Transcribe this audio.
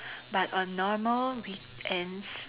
but on normal weekends